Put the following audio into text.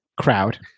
crowd